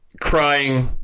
crying